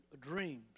Dreams